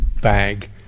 bag